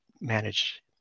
manage